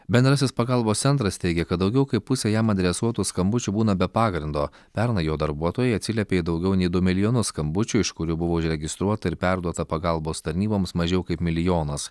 bendrasis pagalbos centras teigia kad daugiau kaip pusė jam adresuotų skambučių būna be pagrindo pernai jo darbuotojai atsiliepė į daugiau nei du milijonus skambučių iš kurių buvo užregistruota ir perduota pagalbos tarnyboms mažiau kaip milijonas